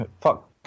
fuck